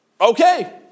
Okay